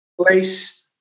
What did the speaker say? place